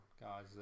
guys